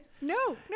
no